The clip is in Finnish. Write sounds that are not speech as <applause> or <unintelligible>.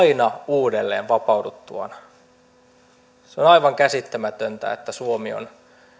<unintelligible> aina uudelleen esimerkiksi henkirikokseen se on on aivan käsittämätöntä että suomi on